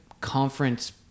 conference